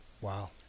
Wow